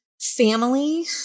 family